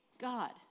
God